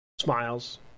Smiles